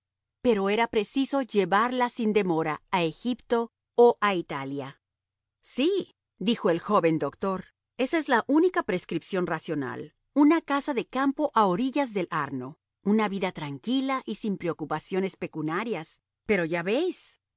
pero era preciso llevarla sin demora a egipto o a italia sí dijo el joven doctor ésa es la única prescripción racional una casa de campo a orillas del arno una vida tranquila y sin preocupaciones pecuniarias pero ya veis